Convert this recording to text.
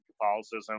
Catholicism